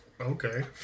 okay